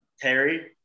Terry